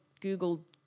Google